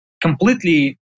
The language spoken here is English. completely